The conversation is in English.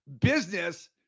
business